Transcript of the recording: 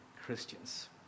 Christians